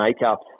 makeup